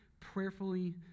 prayerfully